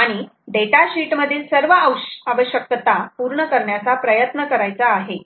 आणि data sheet मधील सर्व आवश्यकता पूर्ण करण्याचा प्रयत्न करायचा आहे